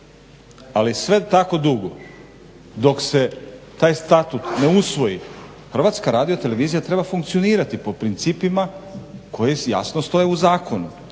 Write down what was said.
ali sve tako dugo dok se taj statut ne usvoji HRT-a treba funkcionirati po principima koje jasno stoje u zakonu,